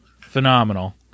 phenomenal